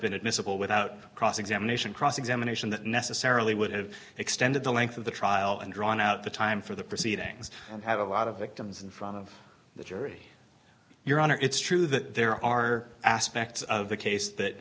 been admissible without cross examination cross examination that necessarily would have extended the length of the trial and drawn out the time for the proceedings and have a lot of victims in front of the jury your honor it's true that there are aspects of the case that